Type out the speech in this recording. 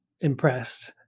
impressed